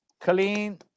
clean